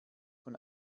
von